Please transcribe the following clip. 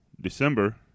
December